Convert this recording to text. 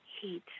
heat